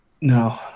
No